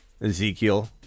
Ezekiel